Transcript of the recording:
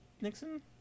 Nixon